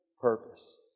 purpose